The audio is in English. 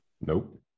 Nope